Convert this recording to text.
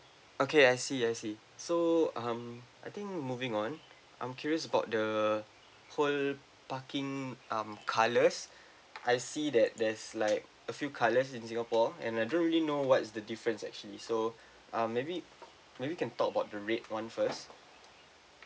okay I see I see so um I think moving on I'm curious about the whole parking um colours I see that there's like a few colours in singapore and I don't really know what is the difference actually so um maybe maybe can talk about the red [one] first